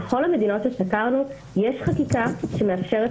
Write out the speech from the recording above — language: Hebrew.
בכל המדינות שסקרנו יש חקיקה שמאפשרת